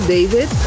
David